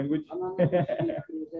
language